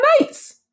mates